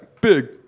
Big